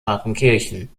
partenkirchen